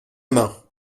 main